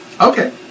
Okay